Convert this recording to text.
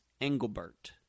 Engelbert